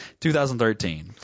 2013